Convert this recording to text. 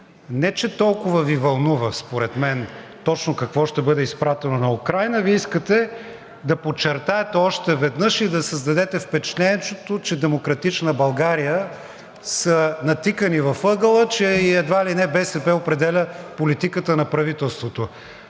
Не че толкова Ви вълнува според мен точно какво ще бъде изпратено на Украйна, а Вие искате да подчертаете още веднъж и да създадете впечатлението, че „Демократична България“ са натикани в ъгъла и едва ли не БСП определя политиката на правителството.